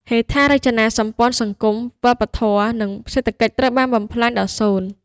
ហេដ្ឋារចនាសម្ព័ន្ធសង្គម វប្បធម៌ និងសេដ្ឋកិច្ចត្រូវបានបំផ្លាញដល់សូន្យ។